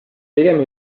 pigem